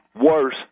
worse